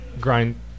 grind